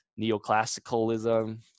neoclassicalism